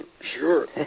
Sure